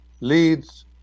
leads